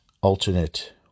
alternate